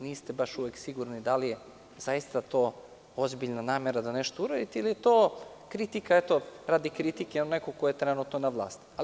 Niste baš uvek sigurni da li je zaista to ozbiljna namera da nešto uradite ili je to kritika, eto, radi kritike nekog ko je trenutno na vlasti.